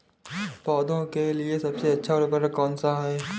पौधों के लिए सबसे अच्छा उर्वरक कौनसा हैं?